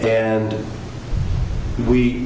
and we